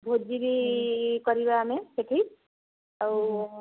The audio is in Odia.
ଭୋଜି ବି କରିବା ଆମେ ସେଇଠି ଆଉ